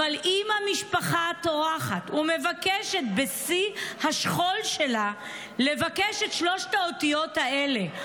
אבל אם המשפחה טורחת ומבקשת בשיא השכול שלה את שלוש האותיות האלה,